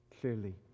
clearly